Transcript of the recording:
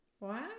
wow